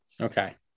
Okay